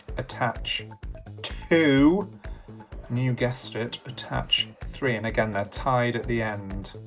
attach two, and you guessed it, attach three and again they're tied at the end